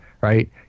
Right